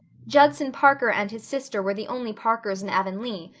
judson parker and his sister were the only parkers in avonlea,